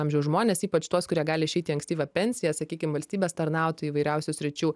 amžiaus žmones ypač tuos kurie gali išeiti į ankstyvą pensiją sakykim valstybės tarnautojai įvairiausių sričių